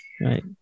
Right